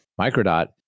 Microdot